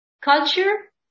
Culture